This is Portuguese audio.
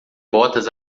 botas